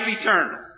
eternal